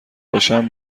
باشم